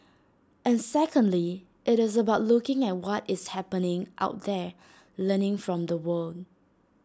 and secondly IT is about looking at what is happening out there learning from the world